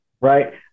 right